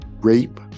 rape